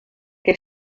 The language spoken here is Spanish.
que